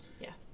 yes